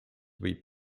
võib